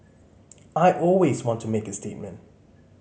I always want to make a statement